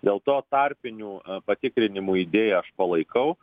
dėl to tarpinių patikrinimų idėją aš palaikau